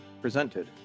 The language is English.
presented